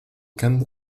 can